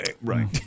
Right